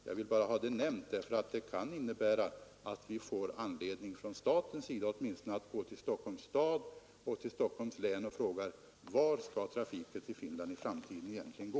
Jag vill bara nämna den därför att den kan innebära att vi får anledning att från statens sida gå till Stockholms stad och Stockholms län och fråga: Var skall trafiken till Finland i framtiden egentligen gå?